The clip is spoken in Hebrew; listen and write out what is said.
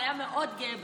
הוא היה מאוד גאה בזה.